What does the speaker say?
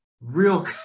real